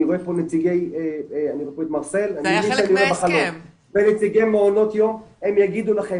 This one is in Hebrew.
אני רואה פה את מרסל ונציגי מעונות יום הם יגידו לכם